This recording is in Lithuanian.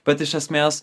bet iš esmės